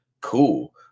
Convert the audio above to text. cool